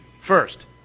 First